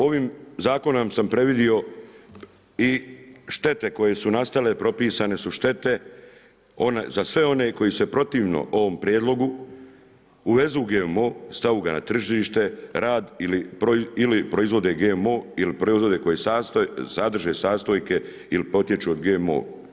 Ovim zakonom sam predvidio i štete koje su nastale a propisane su štete za sve one koje se protivno ovom prijedlogom uvezu u GMO, stave ga na tržište, rad ili proizvode GMO ili proizvode koje sadrže sastojke ili potiču od GMO.